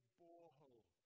borehole